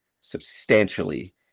substantially